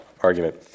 argument